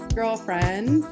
Girlfriend